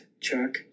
Chuck